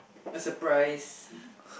a surprise